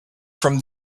from